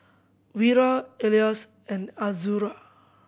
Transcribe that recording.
Wira Elyas and Azura